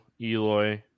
Eloy